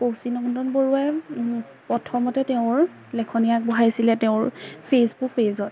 কৌশিক নন্দন বৰুৱাই প্ৰথমতে তেওঁৰ লেখনি আগবঢ়াইছিলে তেওঁৰ ফেচবুক পেজত